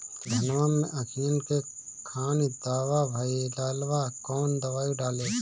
धनवा मै अखियन के खानि धबा भयीलबा कौन दवाई डाले?